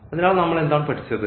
അതിനാൽ നമ്മൾ എന്താണ് പഠിച്ചത്